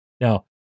Now